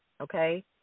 okay